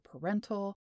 parental